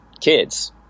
kids